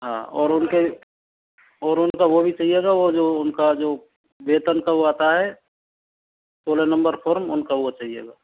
हाँ और उनके और उनका वो भी चाहिएगा वो जो उनके जो वेतन का वो आता है सोलह नंबर फॉर्म उनका वो चाहिएगा